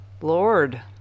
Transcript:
Lord